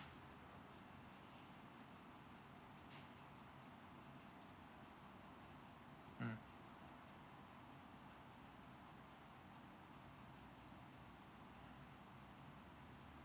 mm